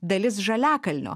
dalis žaliakalnio